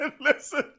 Listen